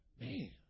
Man